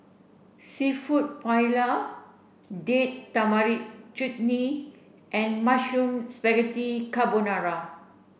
seafood Paella Date Tamarind Chutney and Mushroom Spaghetti Carbonara